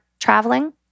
traveling